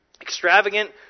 Extravagant